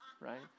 right